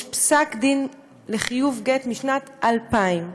יש פסק דין לחיוב גט משנת 2000,